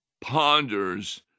ponders